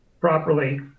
properly